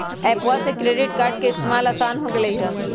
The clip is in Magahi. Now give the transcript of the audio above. एप्पवा से क्रेडिट कार्ड के इस्तेमाल असान हो गेलई ह